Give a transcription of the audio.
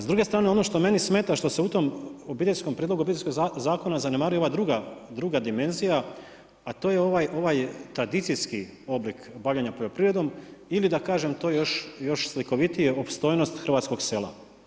S druge strane ono što meni smeta, što se u tom obiteljskom prijedlogu, Obiteljskog zakona zanemaruje ove druga dimenzija a to je ovaj tradicijski oblik bavljenja poljoprivredom ili da kažem to još slikovitije opstojnost hrvatskog sela.